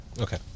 Okay